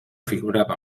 figurava